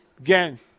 Again